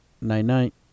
night-night